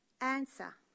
answer